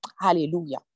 Hallelujah